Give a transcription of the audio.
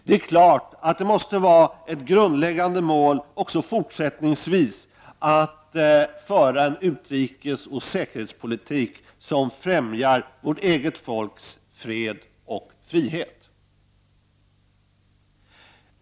Det är klart att det måste vara ett grundläggande mål för oss i Sverige att även fortsättningsvis föra en utrikesoch säkerhetspolitik som främjar vårt eget folks fred och frihet.